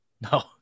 no